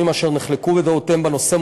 אשר נחלקו בדעותיהם בנושא,